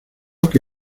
que